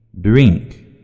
Drink